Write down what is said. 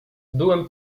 byłem